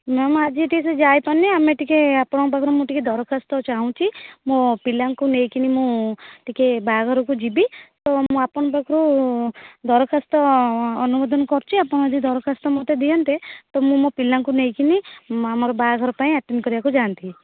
ma'am ଆଜି ଟିକେ ସେ ଯାଇ ପାରୁନି ଆମେ ଟିକେ ଆପଣଙ୍କ ପାଖରୁ ମୁଁ ଟିକେ ଦରଖାସ୍ତ ଚାହୁଁଛି ମୋ ପିଲାଙ୍କୁ ନେଇକି ମୁଁ ଟିକେ ବାହାଘରକୁ ଯିବି ତ ମୁଁ ଆପଣଙ୍କ ପାଖରୁ ଦରଖାସ୍ତ ଅନୁମୋଦନ କରୁଛି ଆପଣ ଯଦି ଦରଖାସ୍ତ ମୋତେ ଦିଅନ୍ତେ ତ ମୁଁ ମୋ ପିଲାଙ୍କୁ ନେଇକି ଆମ ଆମର ବାହାଘର ପାଇଁ ଆଟେଣ୍ଡ କରିବାକୁ ଯାଇଥାନ୍ତି